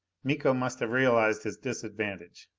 miko must have realized his disadvantage.